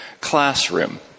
classroom